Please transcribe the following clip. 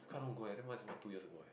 can't don't go the same one is two years ago